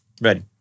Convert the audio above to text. Ready